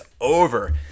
over